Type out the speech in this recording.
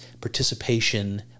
Participation